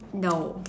no